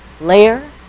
layer